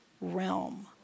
realm